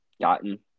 gotten